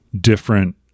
different